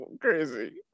crazy